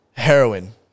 Heroin